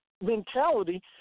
mentality